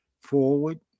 Forward